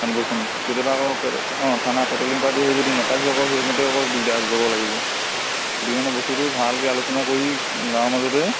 চাইনব'ৰ্ডখন কেতিয়াবা আকৌ পে অঁ থানা পেট্ৰলিং পাৰ্টি আহি যদি নাপায়হি আকৌ সেইমতে আকৌ দিগদাৰ জগৰ লাগিব সেইটো কাৰণে মানে বস্তুটো ভালকৈ আলোচনা কৰি গাঁৱৰ মাজতে